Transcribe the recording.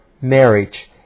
marriage